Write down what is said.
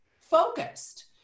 focused